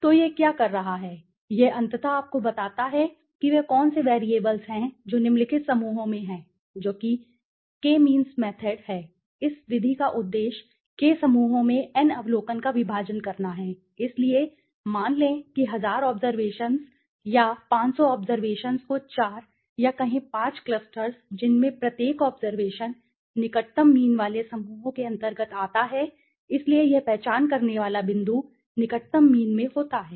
तो यह क्या कर रहा है यह अंततः आपको बताता है कि वे कौन से वैरिएबल्स हैं जो निम्नलिखित समूहों में हैं जो कि Kमीन्स मेथड है इस विधि का उद्देश्य K समूहों में n अवलोकन का विभाजन करना है इसलिए मान लें कि 1000 ऑब्जरवेशन्स या 500 ऑब्जरवेशन्स को 4 या कहें 5 क्लस्टर्सजिसमें प्रत्येक ऑब्जरवेशन निकटतम मीन वाले समूहों के अंतर्गत आता है इसलिए यह पहचान करने वाला बिंदु निकटतम मीनमें होता है